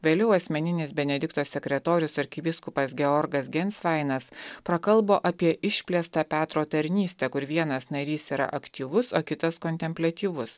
vėliau asmeninis benedikto sekretorius arkivyskupas georgas ginsvainas prakalbo apie išplėstą petro tarnystę kur vienas narys yra aktyvus o kitas kontempliatyvus